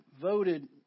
voted